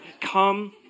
Come